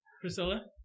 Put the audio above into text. Priscilla